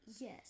Yes